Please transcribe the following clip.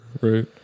right